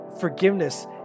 forgiveness